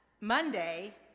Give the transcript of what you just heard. Monday